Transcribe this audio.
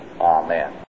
Amen